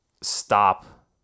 stop